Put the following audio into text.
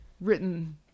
written